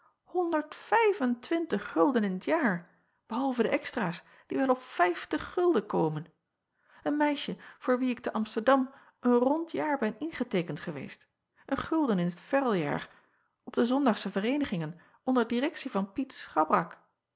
in t jaar behalve de extraas die wel op vijftig gulden komen een meisje voor wie ik te msterdam een acob van ennep laasje evenster delen rond jaar ben ingeteekend geweest een gulden in t verreljaar op de ondagsche vereenigingen onder directie van iet